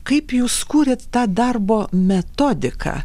kaip jūs kūrėt tą darbo metodiką